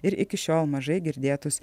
ir iki šiol mažai girdėtus